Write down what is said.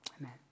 Amen